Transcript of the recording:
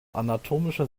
anatomischer